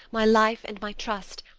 my life, and my trust,